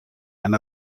and